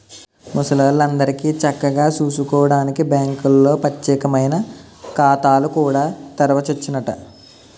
ముసలాల్లందరికీ చక్కగా సూసుకోడానికి బాంకుల్లో పచ్చేకమైన ఖాతాలు కూడా తెరవచ్చునట